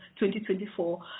2024